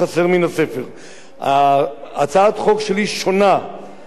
הצעת החוק שלי שונה מהצעתו של חבר הכנסת ביבי